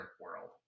world